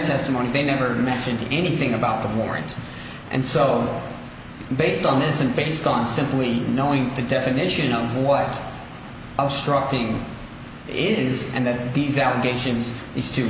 testimony they never mentioned anything about the warrant and so based on this and based on simply knowing the definition of what i was struck team is and that these allegations these two